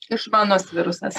išmanus virusas